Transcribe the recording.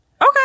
Okay